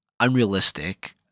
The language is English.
unrealistic